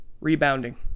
Rebounding